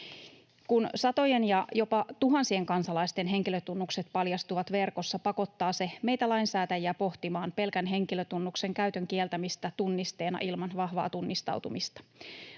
Kun satojen ja jopa tuhansien kansalaisten henkilötunnukset paljastuvat verkossa, pakottaa se meitä lainsäätäjiä pohtimaan pelkän henkilötunnuksen käytön kieltämistä tunnisteena ilman vahvaa tunnistautumista.